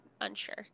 unsure